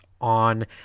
on